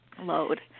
load